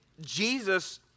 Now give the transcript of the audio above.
Jesus